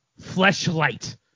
fleshlight